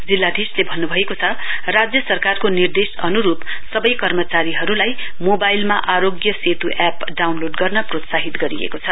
जिल्लाधीशले भन्नुभएको छ राज्य सरकारको निर्देश अनुरूप सबै कर्मचारीहरूलाई मोवाईलमा आरोग्य सेतु ऐप डाउनलोड गर्न प्रोत्साहित गरिएको छ